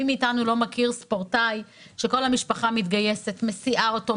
מי מאתנו לא מכיר ספורטאי שכל המשפחה מתגייסת מסיעה אותו,